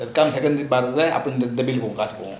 அப்போ இந்த:apo intha bill போகும் காசு போகும்:pogum kaasu pogum